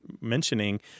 mentioning